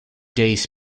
days